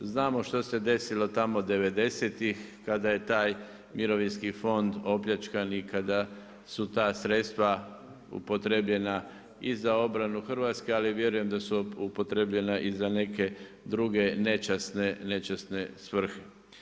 Znamo što se desilo tamo devedesetih kada je Mirovinski fond opljačkan i kada su ta sredstva upotrebljena i za obranu Hrvatske, a vjerujem da su upotrebljena i za neke druge nečasne svrhe.